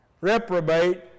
Reprobate